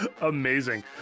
Amazing